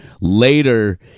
Later